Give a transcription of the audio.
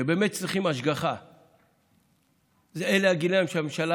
שבאמת צריכים השגחה הם הגילאים שהממשלה